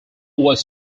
was